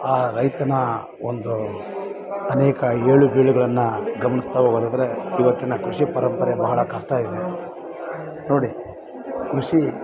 ಆ ರೈತನ ಒಂದು ಅನೇಕ ಏಳುಬೀಳುಗಳನ್ನು ಗಮನಿಸ್ತಾ ಹೋಗೊದಾದ್ರೆ ಇವತ್ತಿನ ಕೃಷಿಪರಂಪರೆ ಬಹಳ ಕಷ್ಟ ಇದೆ ನೋಡಿ ಕೃಷಿ